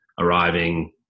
arriving